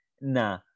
nah